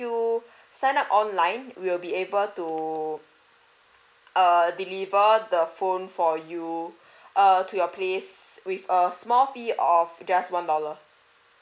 sign up online we will be able to err deliver the phone for you err to your place with err small fee of just one dollar